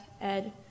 Ed